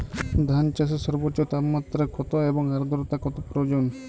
ধান চাষে সর্বোচ্চ তাপমাত্রা কত এবং আর্দ্রতা কত প্রয়োজন?